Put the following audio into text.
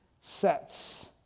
sets